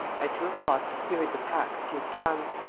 at two o'clock he heard the pack give tongue.